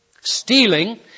stealing